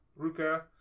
Ruka